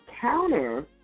counter